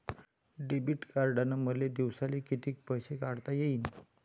Debit कार्डनं मले दिवसाले कितीक पैसे काढता येईन?